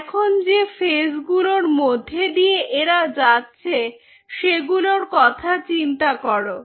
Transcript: এখন যে ফেজ গুলোর মধ্যে দিয়ে এরা যাচ্ছে সেগুলোর কথা চিন্তা করো